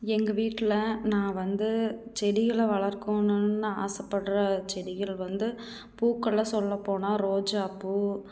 எங்கள் வீட்டில் நான் வந்து செடிகளை வளர்க்கணுன்னு ஆசைப்பட்ற செடிகள் வந்து பூக்கள்ல சொல்லப்போனால் ரோஜாப்பூ